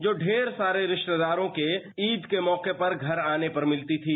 जो ढेर सारे रिश्तेदारों के ईद के मौके पर घर आने पर मिलती थी